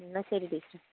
എന്നാൽ ശരി ടീച്ചർ